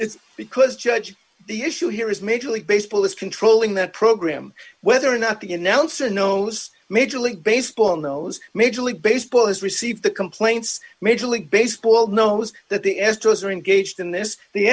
you because judge the issue here is major league baseball is controlling that program whether or not the announcer knows major league baseball knows major league baseball has received the complaints major league baseball knows that the astros are engaged in this the